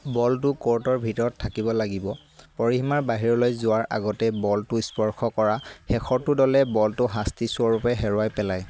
বলটো ক'ৰ্টৰ ভিতৰত থাকিব লাগিব পৰিসীমাৰ বাহিৰলৈ যোৱাৰ আগতে বলটো স্পৰ্শ কৰা শেষৰটো দলে বলটো শাস্তিস্বৰূপে হেৰুৱাই পেলায়